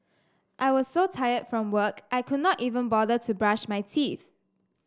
I was so tired from work I could not even bother to brush my teeth